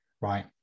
right